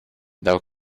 thou